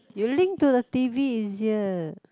you link to the T_V easier